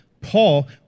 Paul